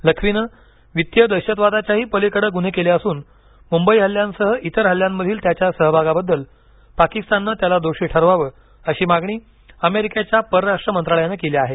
लखवीनं वित्तीय दहशतवादाच्याही पलिकडे गुन्हे केले असून मुंबई हल्ल्यांसह इतर हल्ल्यांमधील त्याच्या सहभागाबद्दल पाकिस्ताननं त्याला दोषी ठरवावं अशी मागणी अमेरिकेच्या परराष्ट्र मंत्रालयानं केली आहे